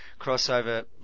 crossover